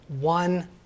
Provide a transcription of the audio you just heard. one